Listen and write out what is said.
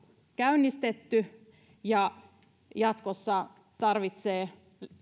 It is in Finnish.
käynnistetty ja tarvitsee jatkossa